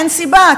אין סיבה,